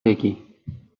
بگی